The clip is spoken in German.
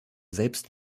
selbst